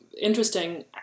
interesting